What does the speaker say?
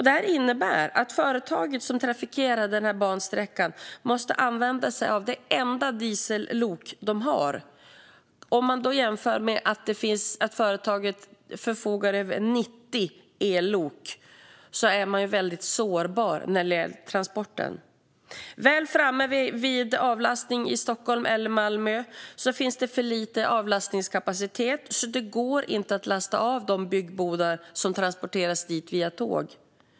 Detta innebär att det företag som trafikerar bansträckan måste använda sig av det enda diesellok de har. Som en jämförelse förfogar företaget över 90 ellok. Man är alltså väldigt sårbar när det gäller denna transport. När avlastning väl ska ske i Stockholm eller Malmö är avlastningskapaciteten för liten, så det går inte att lasta av de byggbodar som transporterats dit med tåg.